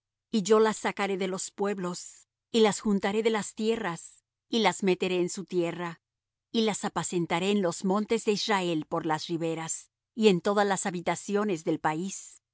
y yo las sacaré de los pueblos y las juntaré de las tierras y las meteré en su tierra y las apacentaré en los montes de israel por las riberas y en todas las habitaciones del país en